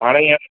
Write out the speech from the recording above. हाणे ई ए